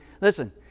listen